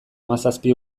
hamazazpi